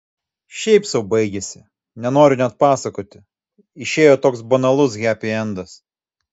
šiaip sau baigėsi nenoriu net pasakoti išėjo toks banalus hepiendas